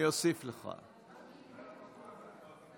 הביטוח הלאומי (תיקון,